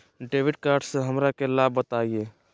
Debit card से हमरा के लाभ बताइए?